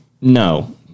no